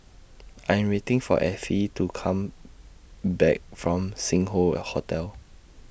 I Am waiting For Ethie to Come Back from Sing Hoe Hotel